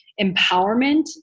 empowerment